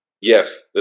Yes